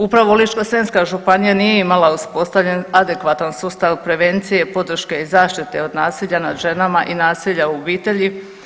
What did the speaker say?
Upravo Ličko-senjska županija nije imala uspostavljen adekvatan sustav prevencije, podrške i zaštite od nasilja nad ženama i nasilja u obitelji.